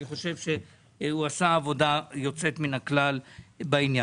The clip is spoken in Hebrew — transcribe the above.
אני חושב שהוא עשה עבודה יוצאת מן הכלל בנושא.